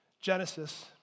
Genesis